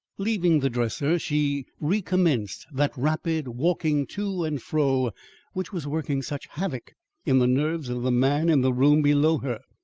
leaving the dresser she recommenced that rapid walking to and fro which was working such havoc in the nerves of the man in the room below her.